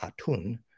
Atun